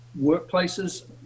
workplaces